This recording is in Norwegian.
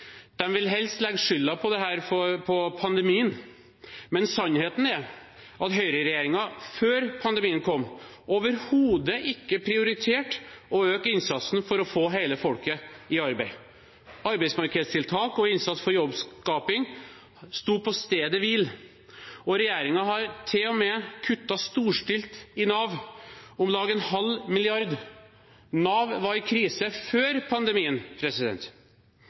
vil helst legge skylden for dette på pandemien, men sannheten er at høyreregjeringen før pandemien kom, overhodet ikke prioriterte å øke innsatsen for å få hele folket i arbeid. Arbeidsmarkedstiltak og innsats for jobbskaping sto på stedet hvil. Regjeringen har til og med kuttet storstilt i Nav – om lag en halv milliard kroner. Nav var i krise før pandemien.